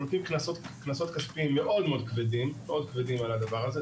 אנחנו נותנים קנסות כספיים מאוד כבדים על הדבר הזה.